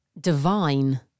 divine